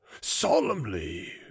solemnly